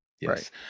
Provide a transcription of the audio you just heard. yes